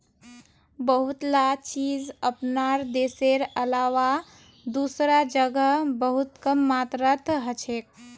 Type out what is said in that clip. बहुतला चीज अपनार देशेर अलावा दूसरा जगह बहुत कम मात्रात हछेक